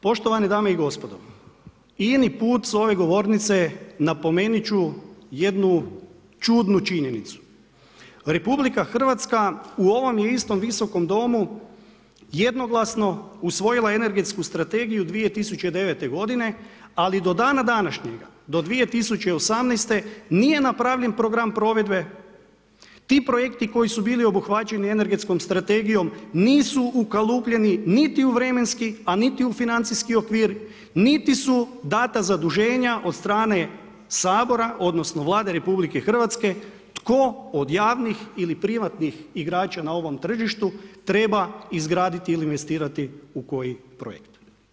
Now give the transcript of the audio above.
Poštovane dame i gospodo, ini put s ove govornice, napomenuti ću jednu čudnu činjenicu, RH, u ovom je istom Visokom domu, jednoglasno usvojila energetsku strategiju 2009. g. ali do dana današnjega, do 2018. nije napravljen program provedbe, ti projekti koji su bili obuhvaćeni energetskom strategijom, nisu ukalupljeni, niti u vremenski, a niti u financijski okvir, niti su dana zaduženja od strane Sabora, odnosno, Vlade Republike Hrvatske tko od javnih ili privatnih igrača na ovom tržištu treba izgraditi ili investirati u koji projekt.